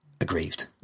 aggrieved